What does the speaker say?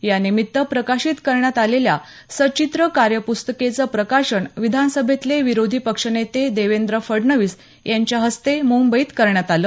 यानिमित्त प्रकाशित करण्यात आलेल्या सचित्र कार्यपुस्तिकेचं प्रकाशन विधान सभेतले विरोधी पक्ष नेते देवेंद्र फडणवीस यांच्या हस्ते मुंबईत करण्यात आलं